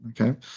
okay